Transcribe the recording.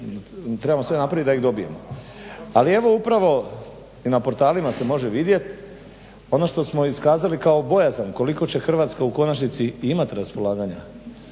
trebamo sve napraviti da ih dobijemo. Ali evo upravo i na portalima se može vidjeti ono što smo iskazali kao bojazan koliko će Hrvatska u konačnici imati raspolaganja,